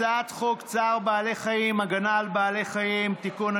הצעת חוק צער בעלי חיים (הגנה על בעלי חיים) (תיקון,